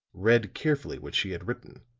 read carefully what she had written,